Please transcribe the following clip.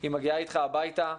היא מגיעה איתך הביתה,